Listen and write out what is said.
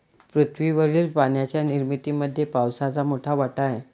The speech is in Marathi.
पृथ्वीवरील पाण्याच्या निर्मितीमध्ये पावसाचा मोठा वाटा आहे